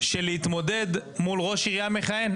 להתמודד מול ראש עירייה מכהן.